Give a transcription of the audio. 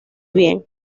bien